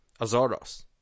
Azoros